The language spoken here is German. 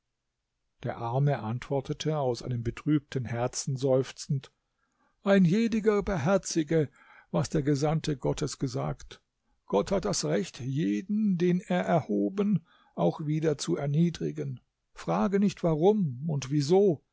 der arme antwortete aus einem betrübten herzen seufzend ein jeder beherzige was der gesandte gottes gesagt gott hat das recht jeden den er erhoben auch wieder zu erniedrigen frage nicht warum und wieso